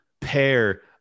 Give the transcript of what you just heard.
pair